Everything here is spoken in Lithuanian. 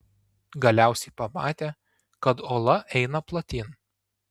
galiausiai pamatė kad ola eina platyn